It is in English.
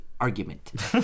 argument